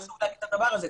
חשוב להגיד את הדבר הזה,